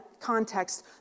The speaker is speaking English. context